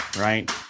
right